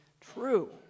true